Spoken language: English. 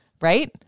Right